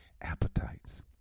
appetites